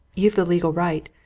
you've the legal right.